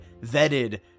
vetted